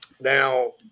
Now